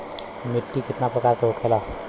मिट्टी कितना प्रकार के होखेला?